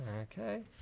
Okay